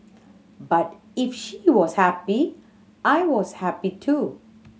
but if she was happy I was happy too